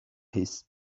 his